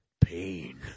pain